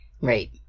Right